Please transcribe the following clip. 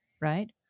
Right